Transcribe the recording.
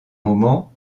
moment